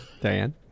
Diane